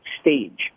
stage